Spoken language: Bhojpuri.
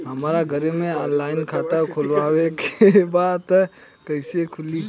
हमरा घरे से ऑनलाइन खाता खोलवावे के बा त कइसे खुली?